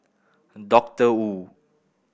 Doctor Wu